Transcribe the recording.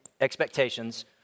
expectations